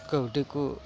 ᱠᱟᱹᱣᱰᱤ ᱠᱚ